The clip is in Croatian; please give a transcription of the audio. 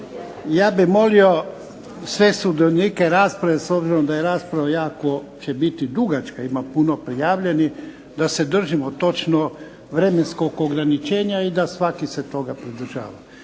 Ja bih molio sve sudionike rasprave s obzirom da je rasprava jako će biti dugačka, ima puno prijavljenih, da se držimo točno vremenskog ograničenja, i da svaki se toga pridržava.